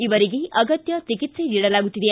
ಇವರಿಗೆ ಅಗತ್ಯ ಚಿಕಿತ್ಸೆ ನೀಡಲಾಗುತ್ತಿದೆ